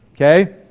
Okay